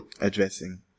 addressing